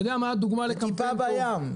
זה טיפה בים.